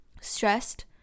stressed